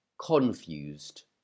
confused